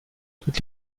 toutes